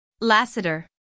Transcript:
Lassiter